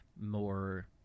more